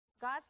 God